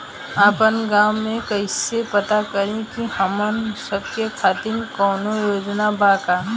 आपन गाँव म कइसे पता करि की हमन सब के खातिर कौनो योजना बा का?